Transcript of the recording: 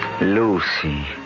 Lucy